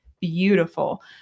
beautiful